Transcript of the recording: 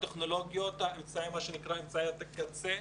הטכנולוגיות, מה שנקרא אמצעי קצה.